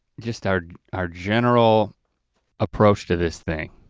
just our our general approach to this thing.